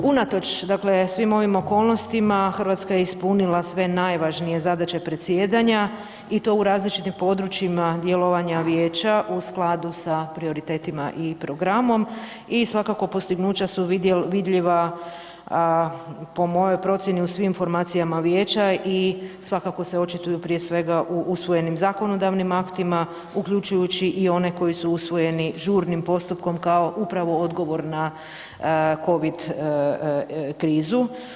Unatoč, dakle svim ovim okolnostima, RH je ispunila sve najvažnije zadaće predsjedanja i to u različitim područjima djelovanja vijeća u skladu sa prioriteta i programom i svakako postignuća su vidljiva, a po mojoj procijeni u svim formacijama vijeća i svakako se očituju prije svega u usvojenim zakonodavnim aktima, uključujući i one koji su usvojeni žurnim postupkom kao upravo odgovor na covid krizu.